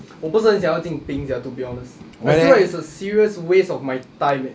我不是很想要进兵 sia to be honest I feel like it's a serious waste of my time eh